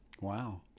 Wow